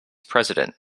president